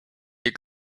les